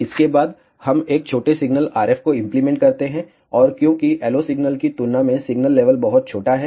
इसके बाद हम एक छोटे सिग्नल RF को इम्प्लीमेंट करते हैं और क्योंकि LO सिग्नल की तुलना में सिग्नल लेवल बहुत छोटा है